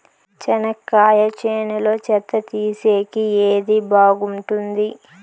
చెనక్కాయ చేనులో చెత్త తీసేకి ఏది బాగుంటుంది?